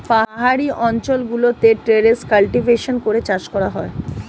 পাহাড়ি অঞ্চল গুলোতে টেরেস কাল্টিভেশন করে চাষ করা হয়